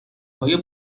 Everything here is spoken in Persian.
های